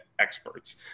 experts